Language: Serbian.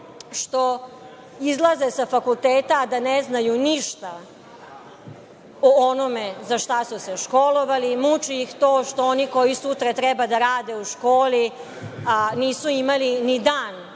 što izlaze sa fakulteta da ne znaju ništa o onome za šta su se školovali. Muči ih to što oni koji sutra treba da rade u školi, a nisu imali dan